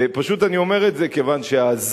ופשוט אני אומר את זה כיוון שהזעם,